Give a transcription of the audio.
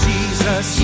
Jesus